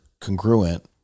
congruent